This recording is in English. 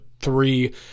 three